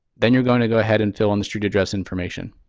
then you're going to go ahead until on the street address information.